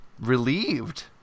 relieved